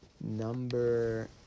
number